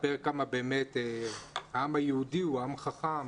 לספר כמה באמת העם היהודי הוא עם חכם,